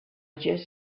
just